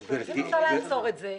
אם אפשר לעצור את זה.